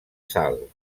sal